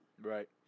Right